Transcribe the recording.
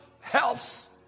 helps